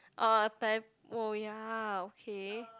uh Typo ya okay